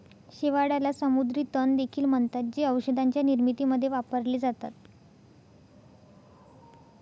शेवाळाला समुद्री तण देखील म्हणतात, जे औषधांच्या निर्मितीमध्ये वापरले जातात